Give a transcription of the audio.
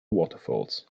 waterfalls